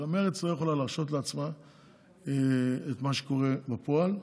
גם מרצ לא יכולה להרשות לעצמה את מה שקורה בפועל,